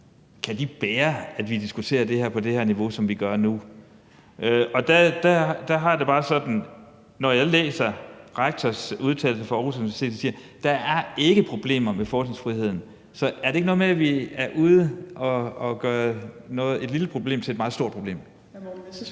bære, at vi diskuterer det her på det her niveau, som vi gør nu? Der har jeg det bare sådan, når jeg læser rektor for Aarhus Universitets udtalelse, der siger, at der ikke er problemer med forskningsfriheden: Er det så ikke noget med, at vi er ude at gøre et lille problem til et meget stort problem?